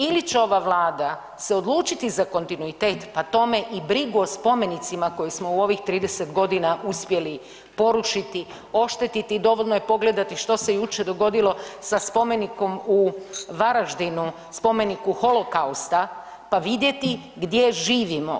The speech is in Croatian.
Ili će ova Vlada se odlučiti za kontinuitet, pa tome i brigu o spomenicima koje smo u ovih 30 godina porušiti, oštetiti, dovoljno je pogledati što se jučer dogodilo sa spomenikom u Varaždinu, spomeniku Holokausta, pa vidjeti gdje živimo.